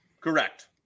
correct